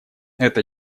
эта